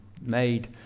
made